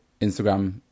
Instagram